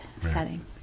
setting